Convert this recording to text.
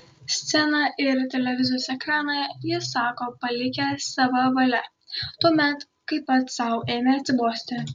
sceną ir televizijos ekraną jis sako palikęs sava valia tuomet kai pats sau ėmė atsibosti